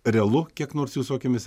realu kiek nors jūsų akimis